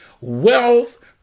wealth